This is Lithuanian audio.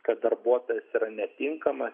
kad darbuotojas yra netinkamas